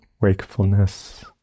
wakefulness